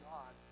God